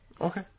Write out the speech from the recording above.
Okay